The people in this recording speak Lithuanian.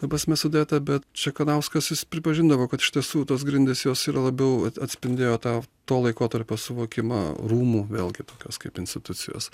ta prasme sudėta bet čekanauskas jis pripažindavo kad iš tiesų tos grindys jos yra labiau ats atspindėjo tą to laikotarpio suvokimą rūmų vėlgi tokios kaip institucijos